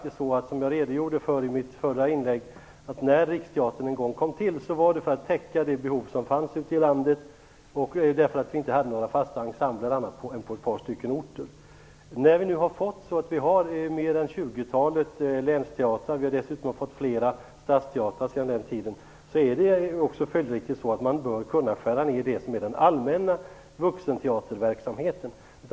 Som jag redogjorde för i mitt förra inlägg är det så att riksteatern en gång kom till för att täcka det behov som fanns ute i landet och för att vi inte hade fasta ensembler på mer än ett par orter. Nu har vi mer än tjugotalet länsteatrar och vi har fått fler statsteatrar sedan den tiden. Man bör därför kunna skära ned i det som är den allmänna vuxenteaterverksamheten.